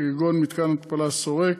כגון מתקן ההתפלה שורק,